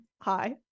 hi